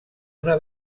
una